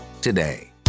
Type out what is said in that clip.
today